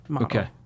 Okay